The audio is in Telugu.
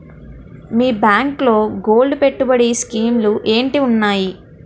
మీ బ్యాంకులో గోల్డ్ పెట్టుబడి స్కీం లు ఏంటి వున్నాయి?